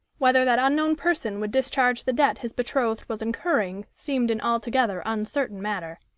whether that unknown person would discharge the debt his betrothed was incurring seemed an altogether uncertain matter.